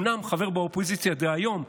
אני אומנם חבר באופוזיציה דהיום,